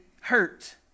hurt